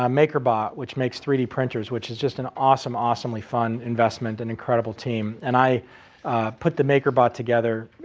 um makerbot, which makes three d printers, which is just an awesome, awesomely fun investment and incredible team and i put the makerbot together.